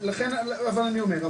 לכן אני אומר,